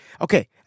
okay